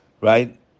right